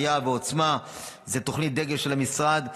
"יהב" ו"עוצמה" זאת תוכנית הדגל של המשרד,